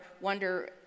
wonder